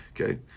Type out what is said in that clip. Okay